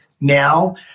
Now